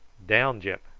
down, gyp,